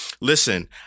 Listen